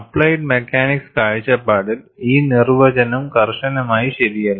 applied mechanics കാഴ്ചപ്പാടിൽ ഈ നിർവചനം കർശനമായി ശരിയല്ല